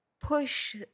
push